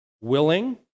willing